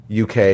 UK